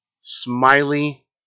Smiley